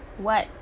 what